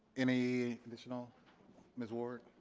any additional ms ward